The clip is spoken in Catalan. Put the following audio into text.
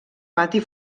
pati